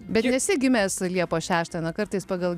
bet nesi gimęs liepos šeštą na kartais pagal